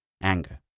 anger